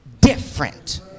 different